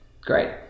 Great